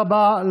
תודה רבה.